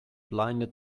blinded